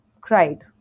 cried